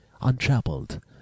Untroubled